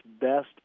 best